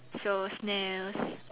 so snails